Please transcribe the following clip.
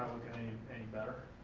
any better.